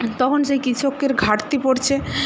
তখন সেই কৃষকের ঘাটতি পড়ছে